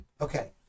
Okay